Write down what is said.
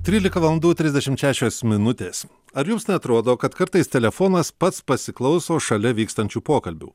trylika valandų trisdešimt šešios minutės ar jums neatrodo kad kartais telefonas pats pasiklauso šalia vykstančių pokalbių